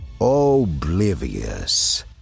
Oblivious